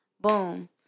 Boom